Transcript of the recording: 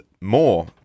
more